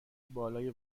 بالای